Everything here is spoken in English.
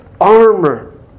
armor